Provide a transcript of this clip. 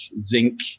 zinc